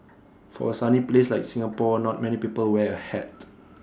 for A sunny place like Singapore not many people wear A hat